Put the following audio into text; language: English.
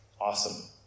awesome